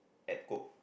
at coke